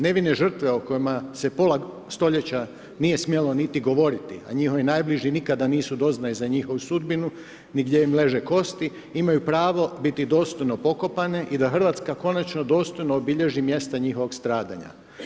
Nevine žrtve o kojima se pola stoljeća nije smjelo niti govoriti, a njihovi najbliži, nikada nisu doznali za njihovu sudbinu, ni gdje im leže kosti, imaju pravo, biti dostojno pokopane i da Hrvatska konačno dostojno obilježi mjesta njihova stradanja.